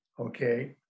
okay